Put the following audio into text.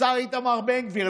לשר איתמר בן גביר,